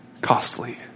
costly